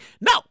No